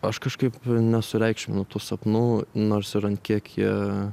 aš kažkaip nesureikšminu tų sapnų nors ir ant kiek jie